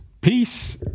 Peace